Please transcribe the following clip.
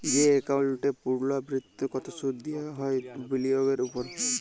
যে একাউল্টে পুর্লাবৃত্ত কৃত সুদ দিয়া হ্যয় বিলিয়গের উপর